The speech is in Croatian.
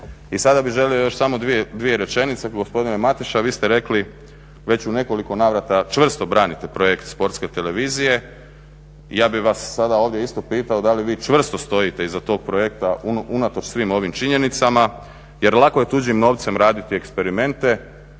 I sada bih želio još samo dvije rečenice, gospodine Mateša vi ste rekli već u nekoliko navrata, čvrsto branite projekt Sportske televizije, i ja bi vas sada ovdje isto pitao, da li vi čvrsto stojite iza tog projekta unatoč svim ovim činjenicama? Jer lako je tuđim novcem raditi eksperimente.